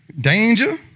Danger